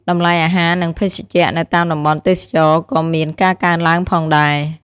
តម្លៃអាហារនឹងភេសជ្ជៈនៅតាមតំបន់ទេសចរណ៍ក៏មានការកើនឡើងផងដែរ។